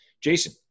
Jason